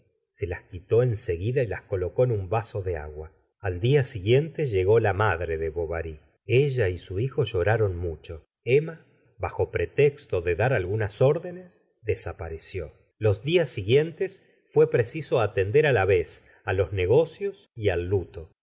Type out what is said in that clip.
se las quitó en seguida y las colocó en un vaso de agua af di a siguiente llegó la madre de bovary ella gustavo flaubert y su hijo lloraron mucho emma bajo pretexto de dar algunas órdenes desapareció los dias siguientes fué preciso atender á la vez á los negocios y al luto